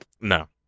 No